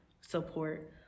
support